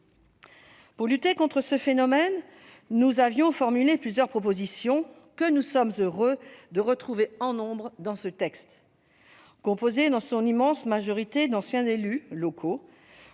Pour lutter contre ce phénomène, nous avions formulé plusieurs propositions que nous sommes heureux de retrouver en nombre dans ce texte. Composé dans son immense majorité d'anciens élus locaux,